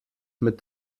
mit